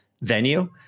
venue